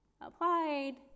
Applied